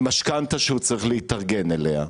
אולי עם משכנתה שהוא צריך להתארגן אליה.